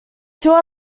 two